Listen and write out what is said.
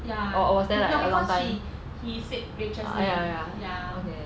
ya no because she he said rachel's name ya